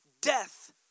death